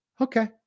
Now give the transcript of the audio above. Okay